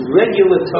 regular